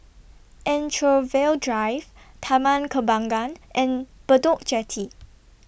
Anchorvale Drive Taman Kembangan and Bedok Jetty